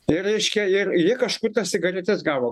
tai reiškia ir jie kažkur tas cigaretes gavo